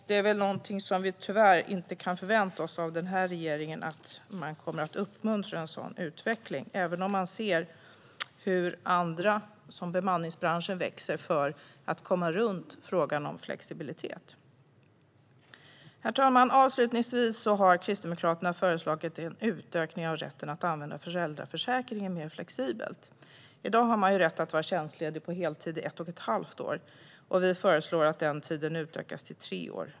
Men vi kan väl tyvärr inte förvänta oss att denna regering uppmuntrar en sådan utveckling, även om vi ser hur bemanningsbranschen växer för att komma runt frågan om flexibilitet. Herr talman! Kristdemokraterna har föreslagit en utökning av rätten att använda föräldraförsäkringen mer flexibelt. I dag har man rätt att vara tjänstledig på heltid i ett och ett halvt år. Vi föreslår att den tiden utökas till tre år.